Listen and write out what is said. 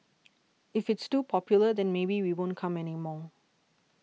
if it's too popular then maybe we won't come anymore